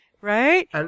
Right